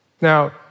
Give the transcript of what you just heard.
Now